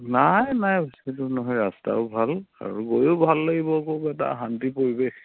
নাই নাই বেছি দূৰ নহয় ৰাস্তাও ভাল আৰু গৈয়ো ভাল লাগিব খুব এটা শান্তি পৰিৱেশ